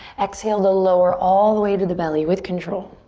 exhale to lower all the way to the belly with control.